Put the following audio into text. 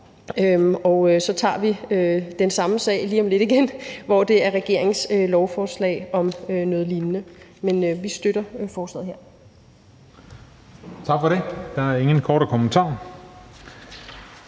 og så tager vi den samme sag lige om lidt igen, hvor det er regeringens lovforslag om noget lignende, vi skal behandle. Men vi støtter forslaget her.